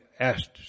asked